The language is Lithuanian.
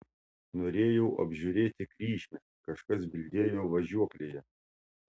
norėjau apžiūrėti kryžmę kažkas bildėjo važiuoklėje